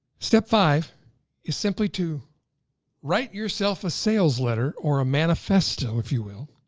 step five is simply to write yourself a sales letter or a manifesto if you will,